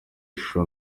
ishusho